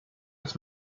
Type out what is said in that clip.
dass